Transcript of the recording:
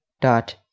dot